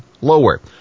lower